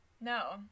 No